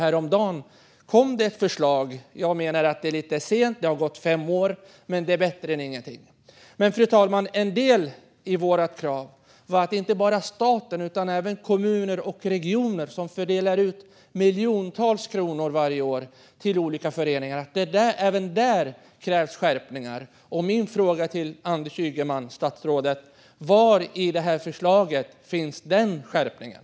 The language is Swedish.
Häromdagen kom det ett förslag. Jag menar att det är lite sent. Det har gått fem år. Men det är bättre än ingenting. Fru talman! En del i vårt krav var dock att genomföra skärpningar inte bara för staten utan även för kommuner och regioner, som fördelar ut miljontals kronor varje år till olika föreningar. Min fråga till statsrådet Anders Ygeman är: Var i detta förslag finns den skärpningen?